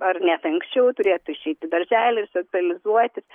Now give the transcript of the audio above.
ar net anksčiau turėtų išeiti į darželį socializuotis